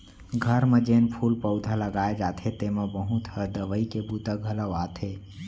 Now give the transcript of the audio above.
घर म जेन फूल पउधा लगाए जाथे तेमा बहुत ह दवई के बूता घलौ आथे